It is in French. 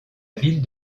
ville